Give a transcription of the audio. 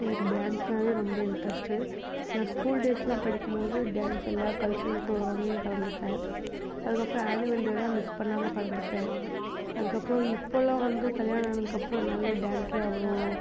எனக்கு டான்ஸ்னாவே ரொம்ப இன்ட்ரெஸ்ட்டு நான் ஸ்கூல் டேஸ்லாம் படிக்கும்போது டான்ஸ் எல்லா கல்ச்சுரல் ப்ரோகிராமிலையும் கலந்துப்பேன் அதுக்கப்புறம் ஆனுவல் டேலாம் மிஸ் பண்ணாமல் கலந்துப்பேன் அதுக்கப்றம் இப்பெல்லாம் வந்து கல்யாணம் ஆனதுக்கப்புறம் என்னால் டான்ஸ்லாம் அவ்வளோ